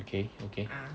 okay okay